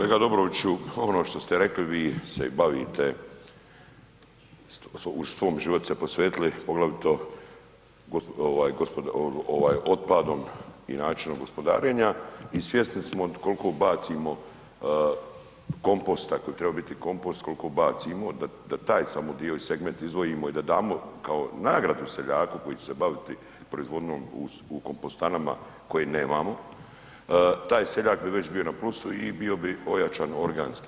Kolega Dobroviću ono što ste rekli vi se i bavite u svom životu ste se posvetili poglavito ovaj otpadom i načinom gospodarenja i svjesni smo koliko bacimo komposta koji bi trebao biti kompost koliko bacimo, da taj samo dio iz segmenta izdvojimo i da damo kao nagradu seljaku koji će se baviti proizvodnjom u kompostanama koje nemamo, taj seljak bi već bio na plusu i bio bi ojačan organski.